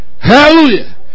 Hallelujah